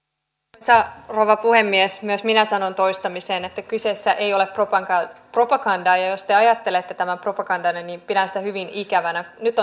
arvoisa puhemies myös minä sanon toistamiseen että kyseessä ei ole propaganda ja ja jos te ajattelette tämän propagandana niin pidän sitä hyvin ikävänä nyt